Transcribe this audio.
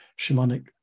shamanic